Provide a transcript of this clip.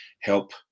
Help